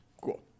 Cool